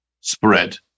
spread